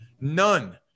None